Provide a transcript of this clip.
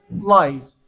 light